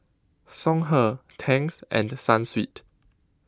Songhe Tangs and Sunsweet